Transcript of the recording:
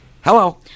hello